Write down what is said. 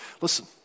Listen